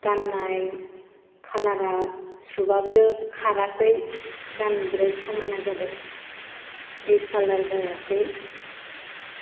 गाननाय कालार आ सुबाबो खाराखै गाननो बिराद समायना जादों दिसकालार जायाखै